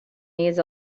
needs